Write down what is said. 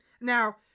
Now